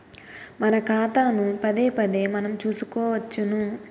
మన ఖాతాను పదేపదే మనం చూసుకోవచ్చును